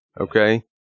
Okay